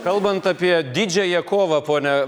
kalbant apie didžiąją kovą pone